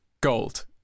gold